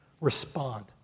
respond